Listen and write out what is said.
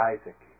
Isaac